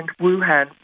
Wuhan